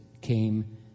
came